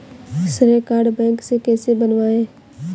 श्रेय card bank से कैसे बनवाएं?